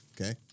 Okay